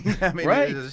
Right